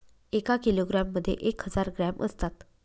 एका किलोग्रॅम मध्ये एक हजार ग्रॅम असतात